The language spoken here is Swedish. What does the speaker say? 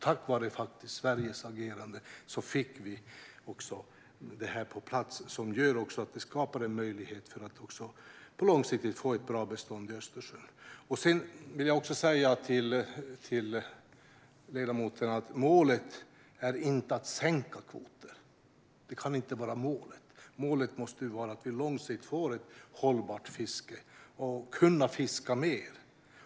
Tack vare Sveriges agerande fick vi det på plats. Det skapar en möjlighet för att långsiktigt få ett bra bestånd i Östersjön. Jag vill också säga till ledamoten att målet inte är att sänka kvoter. Det kan inte vara målet. Målet måste vara att vi långsiktigt får ett hållbart fiske och att vi ska kunna fiska mer.